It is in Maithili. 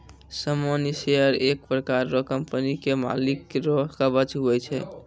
सामान्य शेयर एक प्रकार रो कंपनी के मालिक रो कवच हुवै छै